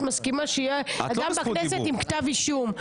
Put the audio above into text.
מסכימה שיהיה אדם בכנסת עם כתב אישום.